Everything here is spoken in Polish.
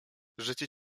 życie